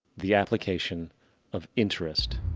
the application of interest.